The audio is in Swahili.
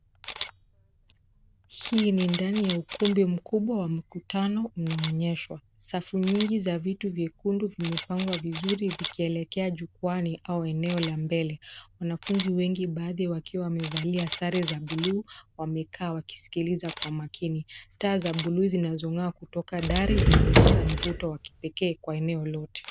Hii ni ndani ya ukumbi mkubwa wa mkutano unaonyeshwa. Safu nyingi za viti nyekundu vimepangwa vizuri vikielekea jukwaani au eneo la mbele. Wanafunzi wengi baadhi wakiwa wamevalia sare za buluu wamekaa wakisiliza Kwa maakini. Taa za buluu zinazowaka kutoka dari zinaongeza mvuto wa kipekee Kwa eneo lote.